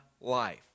life